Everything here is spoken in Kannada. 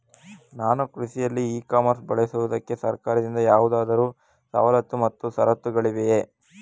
ನಾನು ಕೃಷಿಯಲ್ಲಿ ಇ ಕಾಮರ್ಸ್ ಬಳಸುವುದಕ್ಕೆ ಸರ್ಕಾರದಿಂದ ಯಾವುದಾದರು ಸವಲತ್ತು ಮತ್ತು ಷರತ್ತುಗಳಿವೆಯೇ?